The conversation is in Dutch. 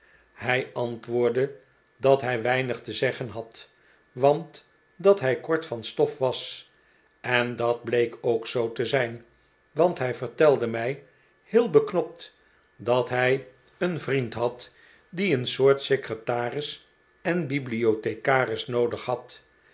hij antwoordde dat hij weinig te zeggen had want dat hij kort van stof was en dat bleek ook zoo te zijn want hij vertelde mij heel beknopt dat hij een vriend had die een soort secretaris en blibliothecaris noodig had